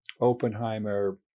Oppenheimer